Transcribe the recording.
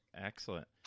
Excellent